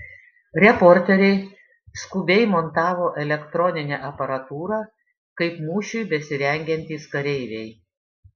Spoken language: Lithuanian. reporteriai skubiai montavo elektroninę aparatūrą kaip mūšiui besirengiantys kareiviai